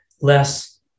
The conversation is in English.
less